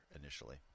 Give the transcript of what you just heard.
initially